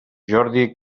jordi